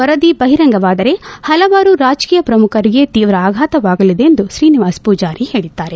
ವರದಿ ಬಹಿರಂಗವಾದರೆ ಪಲವಾರು ರಾಜಕೀಯ ಪ್ರಮುಖರಿಗೆ ತೀವ್ರ ಆಘಾತವಾಗಲಿದೆ ಎಂದು ಶ್ರೀನಿವಾಸ ಪೂಜಾರಿ ಹೇಳಿದ್ದಾರೆ